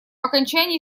окончании